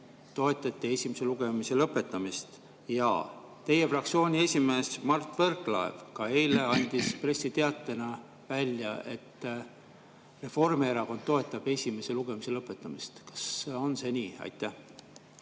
toetati esimese lugemise lõpetamist? Teie fraktsiooni esimees Mart Võrklaev eile andis pressiteatena välja, et Reformierakond toetab esimese lugemise lõpetamist. Kas on see nii? Aitäh,